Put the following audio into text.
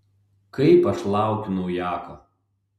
kaip aš laukiu naujako